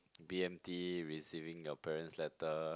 B_M_T receiving your parents letter